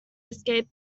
escape